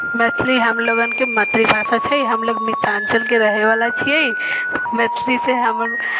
मैथिली हमलोगनके मातृभाषा छै हमलोग मिथिलाञ्चलके रहैवला छिए मैथिली छै हमर